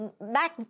back